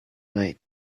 night